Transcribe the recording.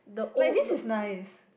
like this is nice